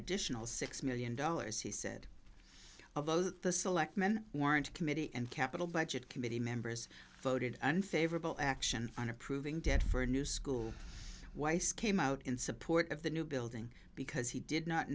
additional six million dollars he said the selectman warrant committee and capital budget committee members voted unfavorable action on approving debt for a new school weiss came out in support of the new building because he did not